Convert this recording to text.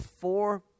four